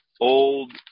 old